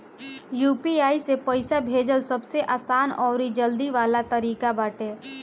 UPI से पईसा भेजल सबसे आसान अउरी जल्दी वाला तरीका बाटे